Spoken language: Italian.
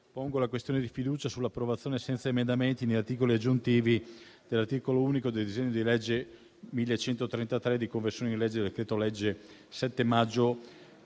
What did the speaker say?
pongo la questione di fiducia sull'approvazione, senza emendamenti né articoli aggiuntivi, dell'articolo unico del disegno di legge n. 1133, di conversione del decreto-legge 7 maggio